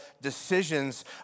decisions